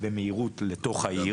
במהירות לתוך העיר,